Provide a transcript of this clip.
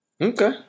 Okay